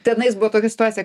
tenais buvo tokia situacija